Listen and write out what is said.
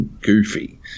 goofy